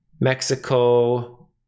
Mexico